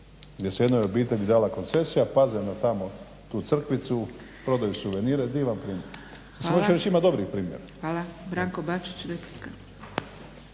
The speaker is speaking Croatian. gdje se jednoj obitelji dala koncesija, paze na tamo tu crkvicu, prodaju suvenire, divan primjer. Hoću reći ima dobrih primjera. **Zgrebec, Dragica